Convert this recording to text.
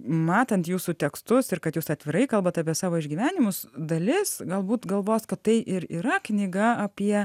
matant jūsų tekstus ir kad jūs atvirai kalbat apie savo išgyvenimus dalis galbūt galvos kad tai ir yra knyga apie